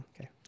Okay